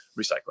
recycling